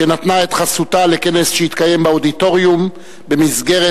שנתנה את חסותה לכנס שהתקיים באודיטוריום במסגרת